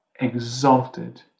exalted